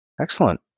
Excellent